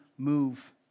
move